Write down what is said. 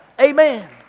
Amen